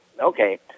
Okay